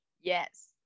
Yes